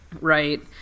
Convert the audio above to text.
Right